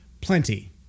plenty